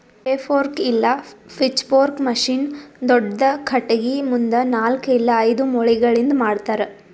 ಹೇ fork ಇಲ್ಲ pitchfork machine ದೊಡ್ದ ಖಟಗಿ ಮುಂದ ನಾಲ್ಕ್ ಇಲ್ಲ ಐದು ಮೊಳಿಗಳಿಂದ್ ಮಾಡ್ತರ